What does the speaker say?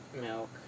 milk